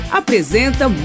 apresenta